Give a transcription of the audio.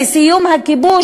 לסיום הכיבוש,